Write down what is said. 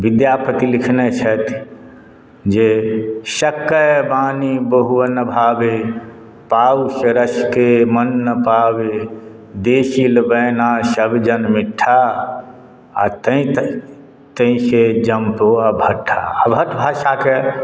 विद्यापति लिखने छथि जे शक्कय वाणी बहुअ न भावे पाव रसकेँ मन न पावे देशील वैना सभ जन मीठा आ तैँ तैसे जमपौ अवहट्ठा अवहट्ठ भाषाकेँ